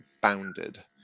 bounded